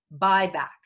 buyback